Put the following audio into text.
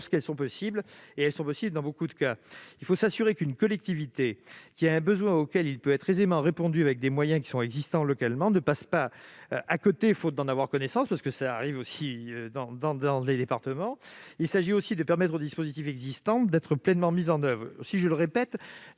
lorsqu'elles sont possibles- et elles sont possibles dans nombre de cas. Il faut s'assurer qu'une collectivité qui a un besoin auquel il peut aisément être répondu avec des moyens existants localement ne passe pas à côté faute d'en avoir eu connaissance ; en effet, cela arrive. Il s'agit aussi de permettre aux dispositifs existants d'être pleinement mis en oeuvre. Ainsi, je le répète,